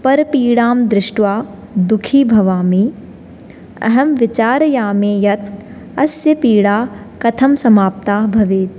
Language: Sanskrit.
परपीडां दृष्ट्वा दुःखी भवामि अहं विचारयामि यत् अस्य पीडा कथं समाप्ता भवेत्